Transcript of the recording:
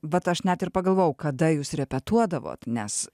vat aš net ir pagalvojau kada jūs repetuodavot nes